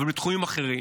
אבל גם בתחומים אחרים,